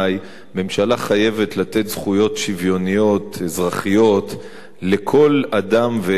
ממשלה חייבת לתת זכויות שוויוניות אזרחיות לכל אדם ואזרח,